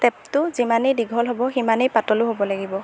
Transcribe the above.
টেপটো যিমানেই দীঘল হ'ব সিমানেই পাতলো হ'ব লাগিব